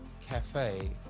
Cafe